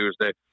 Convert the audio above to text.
Tuesday